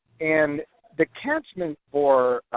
and the catchment for